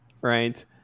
right